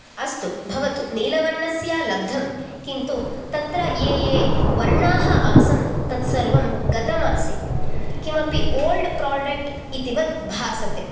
अस्तु भवतु नीलवर्णस्य लब्धं किन्तु तत्र ये ये वर्णाः आसन् तत् सर्वं गतम् आसीत् किमपि ओल्ड् प्रोडेक्ट् इति वत्भाषते